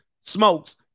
smokes